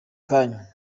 kanya